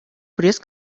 пресс